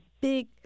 big